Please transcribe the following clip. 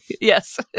Yes